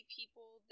people